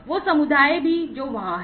वो समुदाय भी जो वहाँ है